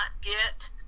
get